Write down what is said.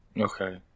Okay